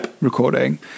recording